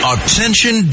Attention